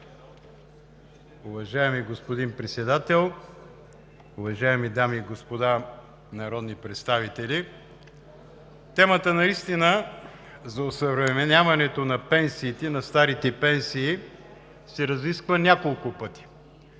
Уважаеми господин Председател, уважаеми дами и господа народни представители! Темата за осъвременяването на старите пенсии наистина се разисква няколко пъти